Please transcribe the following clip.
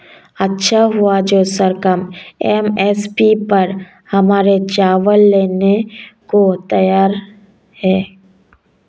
अच्छा हुआ जो सरकार एम.एस.पी पर हमारे चावल लेने को तैयार है